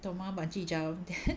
懂吗 bungee jump